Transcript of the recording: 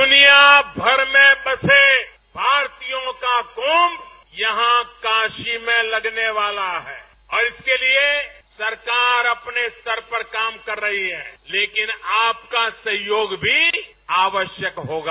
दुनिया भर में बसे भारतीयों का कुम्भ यहां काशी में लगने वाला है और इसके लिए सरकार अपने स्तर पर काम कर रही है लेकिन आपका सहयोग भी आवश्यक होगा